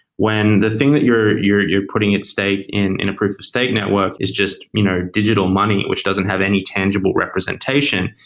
when the thing that you're you're putting at stake in in a proof of stake network is just you know digital money, which doesn't have any tangible representation.